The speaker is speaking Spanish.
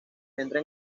entra